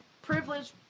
Privilege